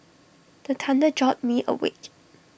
the thunder jolt me awake